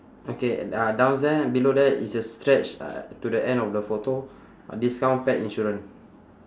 okay uh downstairs below there it's a stretch uh to the end of the photo discount pet insurance